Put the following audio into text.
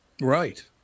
Right